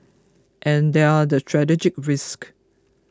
and there are the strategic risks